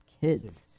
kids